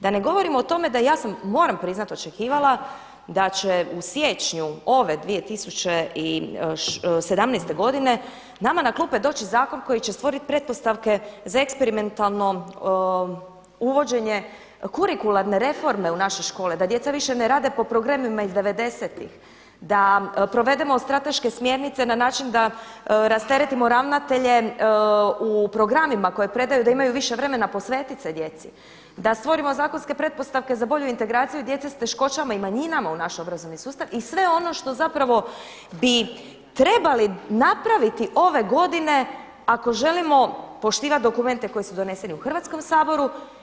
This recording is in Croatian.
Da ne govorimo o tome da ja sam moram priznati očekivala da će u siječnju ove 2017. godine nama na klupe doći zakon koji će stvoriti pretpostavke za eksperimentalno uvođenje kurikularne reforme u naše škole da djeca više ne rade po programima iz 90.tih, da provedemo strateške smjernice na način da rasteretimo ravnatelje u programima koje predaju da imaju više vremena posvetiti se djeci, da stvorimo zakonske pretpostavke za bolju integraciju i djece s teškoćama i manjinama u naš obrazovni sustav i sve ono što zapravo bi trebali napraviti ove godine ako želimo poštivati dokumente koji su doneseni u Hrvatskom saboru.